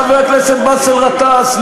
חבר הכנסת באסל גטאס,